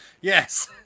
Yes